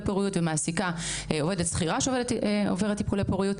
פוריות ומעסיקה עבודת שכירה שעוברת טיפולי פוריות,